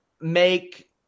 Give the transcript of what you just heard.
make